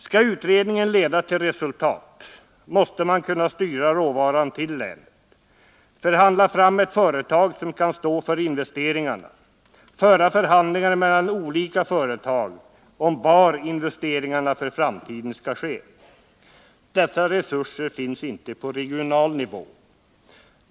Skall utredningen leda till resultat, måste man kunna styra råvaran till länet, förhandla fram ett företag som kan stå för investeringarna, föra förhandlingar mellan olika företag om var investeringarna för framtiden skall ske. Dessa resurser finns inte på regional nivå.